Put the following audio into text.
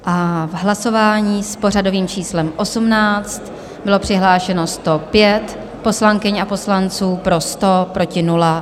V hlasování s pořadovým číslem 18 bylo přihlášeno 105 poslankyň a poslanců, pro 100 proti 0.